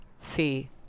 fee